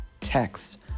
text